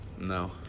No